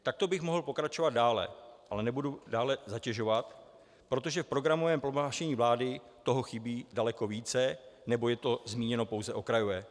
Takto bych mohl pokračovat dále, ale nebudu dále zatěžovat, protože v programovém prohlášení vlády toho chybí daleko více nebo je to zmíněno pouze okrajově.